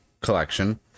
collection